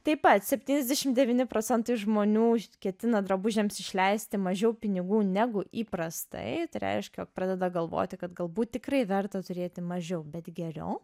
taip pat septyniasdešim devyni procentai žmonių ketina drabužiams išleisti mažiau pinigų negu įprastai tai reiškia jog pradeda galvoti kad galbūt tikrai verta turėti mažiau bet geriau